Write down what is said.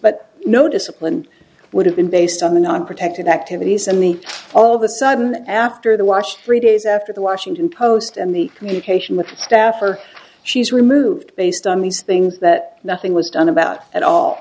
but no discipline would have been based on the non protected activities and the all the sudden after the wash three days after the washington post and the communication with staff or she's removed based on these things that nothing was done about at all